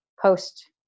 post